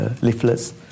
leaflets